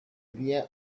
idea